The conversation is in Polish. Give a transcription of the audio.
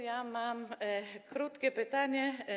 Ja mam krótkie pytanie.